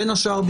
בין השאר,